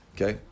Okay